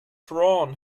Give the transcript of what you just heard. drawn